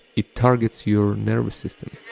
it targets your nervous system,